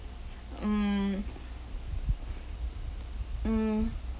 mm mm